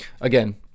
again